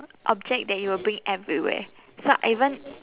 object that you will bring everywhere so I even